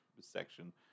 section